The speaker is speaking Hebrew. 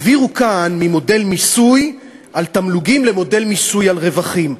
העבירו כאן ממודל מיסוי על תמלוגים למודל מיסוי על רווחים.